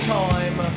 time